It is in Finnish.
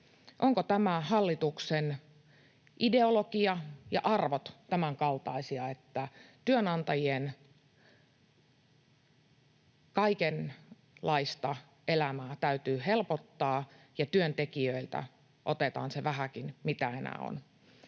ovatko tämän hallituksen ideologia ja arvot tämänkaltaisia, että työnantajien kaikenlaista elämää täytyy helpottaa ja työntekijöiltä otetaan se vähäkin, mitä enää on,